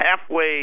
halfway